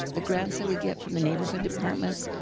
the grants that we get from the neighborhood departments,